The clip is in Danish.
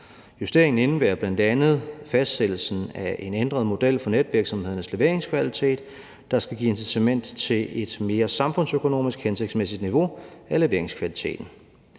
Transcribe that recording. Justeringen indebærer bl.a. fastsættelsen af en ændret model for netvirksomhedernes leveringskvalitet, der skal give incitament til et samfundsøkonomisk mere hensigtsmæssigt niveau af leveringskvaliteten.